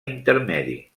intermedi